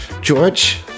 George